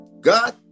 God